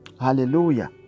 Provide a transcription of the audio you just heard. Hallelujah